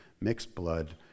mixed-blood